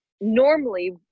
normally